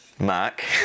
Mark